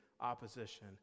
opposition